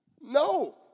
No